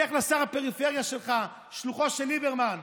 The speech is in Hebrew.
לך לשר הפריפריה שלך, שלוחו של ליברמן.